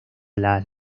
las